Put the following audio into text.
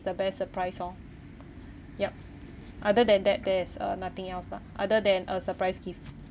the best surprise lor yup other than that there's uh nothing else lah other than a surprise gift